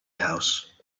house